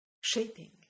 shaping